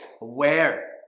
Aware